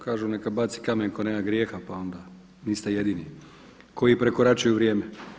Kažu „Neka baci kamen tko nema grijeha.“ pa onda niste jedini koji prekoračuju vrijeme.